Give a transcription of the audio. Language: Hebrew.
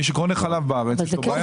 מי שקונה חלב עכשיו בארץ יש לו בעיה.